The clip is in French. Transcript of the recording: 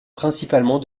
principalement